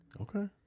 Okay